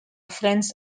french